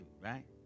right